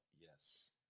yes